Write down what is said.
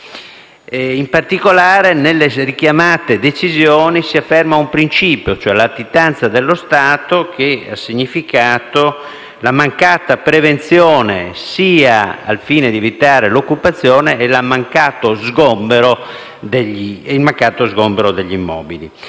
In particolare, nelle richiamate decisioni si afferma un principio: la latitanza dello Stato, che ha significato la mancata prevenzione, al fine di evitare l'occupazione, e il mancato sgombero degli immobili.